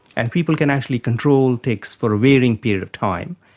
and people can actually control tics for a varying period of time.